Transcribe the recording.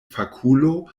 fakulo